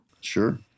Sure